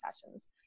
sessions